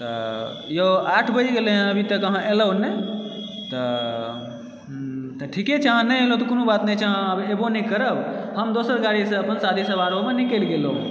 तऽ यौ आठ बजि गेलै हँ अभीतक अहाँ एलहुँ नहि तऽ हूँ तऽ ठीके छै अहाँ नहि एलहुँ तऽ कोनो बात नहि छै अब अहाँ एबो नहि करब हम दोसर गाड़ीसँ अपन शादी समारोहमे निकलि गेलहुँ